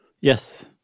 Yes